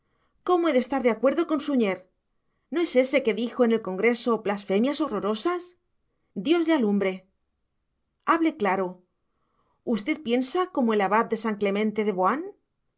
cómo he de estar de acuerdo con suñer no es ése que dijo en el congreso blasfemias horrorosas dios le alumbre hable claro usted piensa como el abad de san clemente de boán